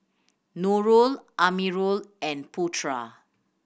Nurul Amirul and Putra